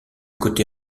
côté